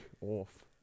off